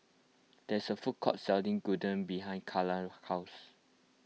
there is a food court selling Gyudon behind Cayla's house